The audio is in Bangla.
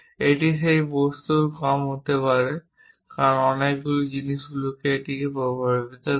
এটি সেই বস্তুর কম হতে পারে অনেক কারণই এই জিনিসগুলিকে প্রভাবিত করে